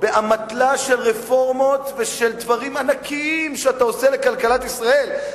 באמתלה של רפורמות ושל דברים ענקיים שאתה עושה לכלכלת ישראל,